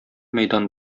мәйдан